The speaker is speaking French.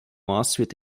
ensuite